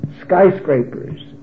skyscrapers